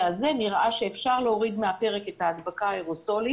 הזה שהם ביצעו נראה שאפשר להוריד מעל הפרק את ההדבקה האירוסולית.